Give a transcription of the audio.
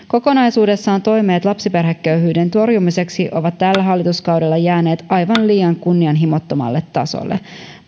kokonaisuudessaan toimet lapsiperheköyhyyden torjumiseksi ovat tällä hallituskaudella jääneet aivan liian kunnianhimottomalle tasolle